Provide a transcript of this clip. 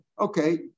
Okay